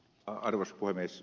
arvoisa puhemies